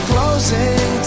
Closing